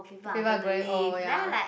people are growing old ya